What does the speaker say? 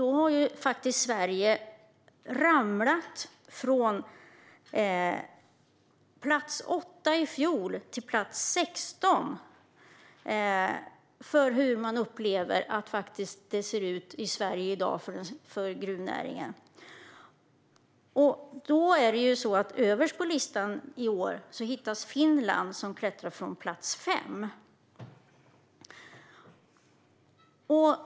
Sverige har ramlat från plats åtta i fjol till plats sexton för hur man upplever att det ser ut i Sverige i dag för gruvnäringen. Överst på listan i år hittas Finland, som klättrat från plats fem.